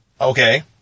okay